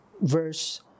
verse